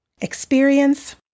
experience